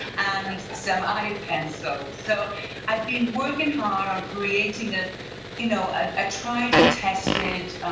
and some eye and pencil. so i've been working hard on creating a you know ah tried and tested,